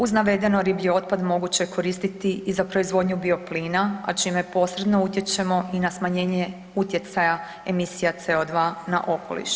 Uz navedeno, riblji otpad moguće je koristiti i za proizvodnju bioplina, a čime posredno utječemo i na smanjenje utjecaja emisija CO2 na okoliš.